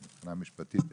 מבחינה משפטית,